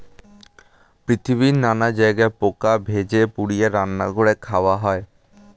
পৃথিবীর নানা জায়গায় পোকা ভেজে, পুড়িয়ে, রান্না করে খাওয়া হয়